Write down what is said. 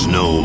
no